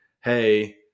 Hey